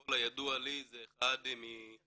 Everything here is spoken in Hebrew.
ככל הידוע לי זה אחד ממקורות